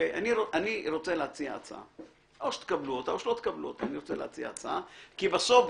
או שתקבלו אותה או שלא תקבלו אותה כי בסוף,